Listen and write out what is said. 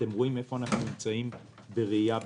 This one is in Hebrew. אתם רואים איפה אנחנו נמצאים בראייה בין-לאומית.